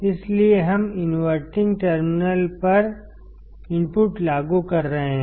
इसलिए हम inverting terminal पर इनपुट लागू कर रहे हैं